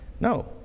No